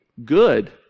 good